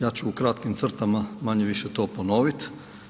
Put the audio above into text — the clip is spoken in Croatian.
Ja ću u kratkim crtama manje-više to ponoviti.